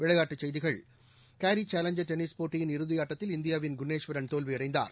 விளையாட்டுச் செய்திகள் கேரிசேலஞ்சர் டென்னிஸ் போட்டியின் இறுதியாட்டத்தில் இந்தியாவின் குனேஷ்வரன் தோல்வியடைந்தார்